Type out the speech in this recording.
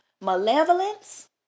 malevolence